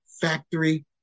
factory